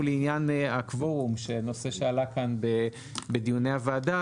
הוא לעניין הקוורום שנושא שעלה כאן בדיוני הוועדה,